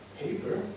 paper